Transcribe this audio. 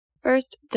First